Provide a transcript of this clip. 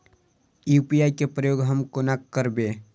UPI केँ प्रयोग हम कोना करबे?